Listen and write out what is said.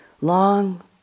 long